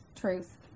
Truth